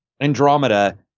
Andromeda